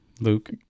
Luke